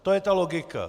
To je ta logika.